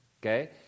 Okay